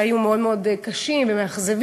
והם היו מאוד קשים ומאכזבים,